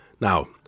Now